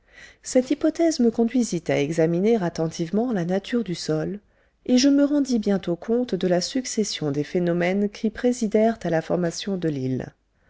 cette hypothèse me conduisit à examiner attentivement la nature du sol et je me rendis bientôt compte de la succession des phénomènes qui présidèrent à la formation de l'île